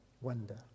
wonder